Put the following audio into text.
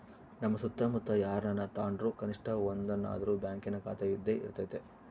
ನಮ್ಮ ಸುತ್ತಮುತ್ತ ಯಾರನನ ತಾಂಡ್ರು ಕನಿಷ್ಟ ಒಂದನಾದ್ರು ಬ್ಯಾಂಕಿನ ಖಾತೆಯಿದ್ದೇ ಇರರ್ತತೆ